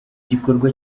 gikorwa